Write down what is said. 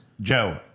Joe